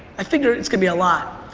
i figured it's gonna be a lot.